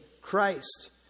Christ